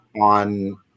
on